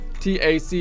TAC